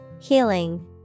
Healing